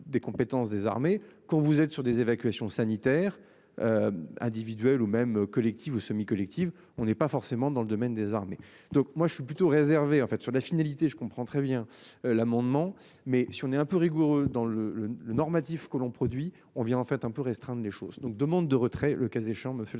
des compétences. Quand vous êtes sur des évacuations sanitaires. Individuels ou même collectives ou semi-collective on n'est pas forcément dans le domaine des armées. Donc moi je suis plutôt réservé en fait sur la fidélité, je comprends très bien l'amendement mais si on est un peu rigoureux dans le le le normatif que l'on produit on vient en fait un peu restreinte, les choses donc demande de retrait, le cas échéant,